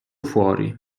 fuori